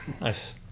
Nice